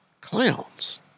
clowns